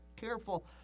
careful